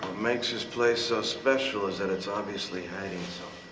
makes this place so special is that it's obviously hiding